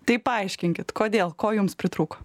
tai paaiškinkit kodėl ko jums pritrūko